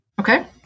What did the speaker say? Okay